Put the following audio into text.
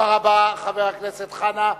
תודה רבה, חבר הכנסת חנא סוייד.